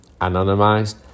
anonymized